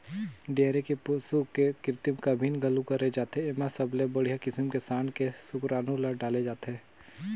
dairy के पसू के कृतिम गाभिन घलोक करे जाथे, एमा सबले बड़िहा किसम के सांड के सुकरानू ल डाले जाथे